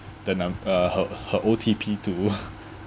the num~ uh her her O_T_P to